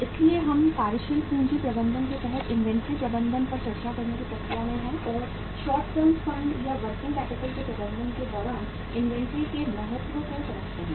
इसलिए हम कार्यशील पूंजी प्रबंधन के तहत इन्वेंट्री प्रबंधन पर चर्चा करने की प्रक्रिया में हैं और शॉर्ट टर्म फंड या वर्किंग कैपिटल के प्रबंधन के दौरान इन्वेंट्री के महत्व को समझते हैं